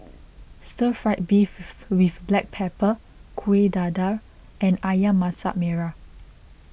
Stir Fry Beef with Black Pepper Kuih Dadar and Ayam Masak Merah